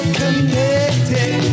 connected